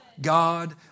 God